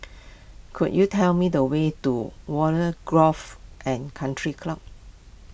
could you tell me the way to Warren Golf and Country Club